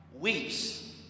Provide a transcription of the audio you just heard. weeps